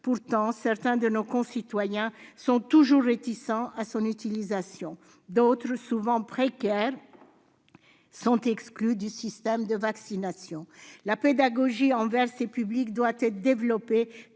Pourtant, certains de nos concitoyens sont toujours réticents à son utilisation. D'autres, souvent précaires, sont exclus du système de vaccination. La pédagogie envers ces publics doit être développée,